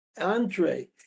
Andre